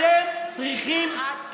אתה אינך דובר אמת.